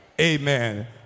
Amen